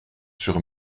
sur